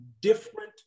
different